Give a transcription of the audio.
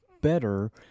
better